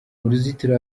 uruzitiro